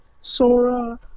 Sora